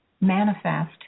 manifest